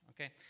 okay